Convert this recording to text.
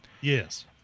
Yes